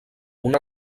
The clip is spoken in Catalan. una